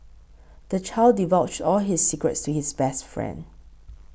the child divulged all his secrets to his best friend